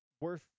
worth